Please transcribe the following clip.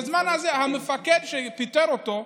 בזמן הזה, המפקד שפיטר אותו,